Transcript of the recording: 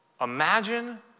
Imagine